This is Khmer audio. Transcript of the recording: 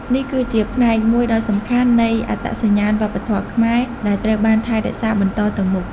នេះគឺជាផ្នែកមួយដ៏សំខាន់នៃអត្តសញ្ញាណវប្បធម៌ខ្មែរដែលត្រូវបានថែរក្សាបន្តទៅមុខ។